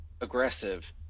aggressive